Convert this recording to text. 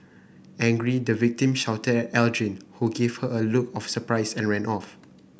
angry the victim shouted at Aldrin who gave her a look of surprise and ran off